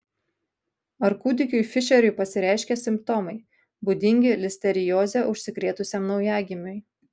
ar kūdikiui fišeriui pasireiškė simptomai būdingi listerioze užsikrėtusiam naujagimiui